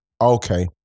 okay